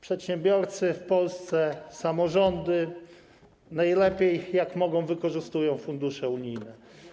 Przedsiębiorcy w Polsce, samorządy najlepiej jak mogą wykorzystują fundusze unijne.